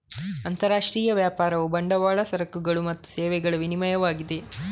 ಅಂತರರಾಷ್ಟ್ರೀಯ ವ್ಯಾಪಾರವು ಬಂಡವಾಳ, ಸರಕುಗಳು ಮತ್ತು ಸೇವೆಗಳ ವಿನಿಮಯವಾಗಿದೆ